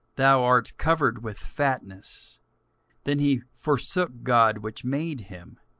thou art covered with fatness then he forsook god which made him,